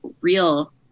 real